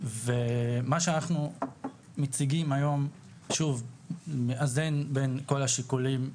ומה שאנחנו מציגים היום מאזן בין כל השיקולים,